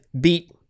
beat